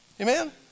amen